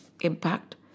impact